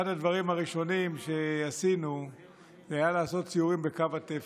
אחד הדברים הראשונים שעשינו היה לעשות סיורים בקו התפר.